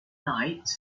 night